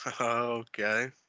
Okay